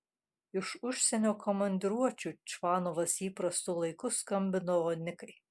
iš užsienio komandiruočių čvanovas įprastu laiku skambindavo nikai